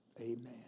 Amen